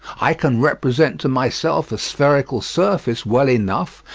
i can represent to myself a spherical surface well enough,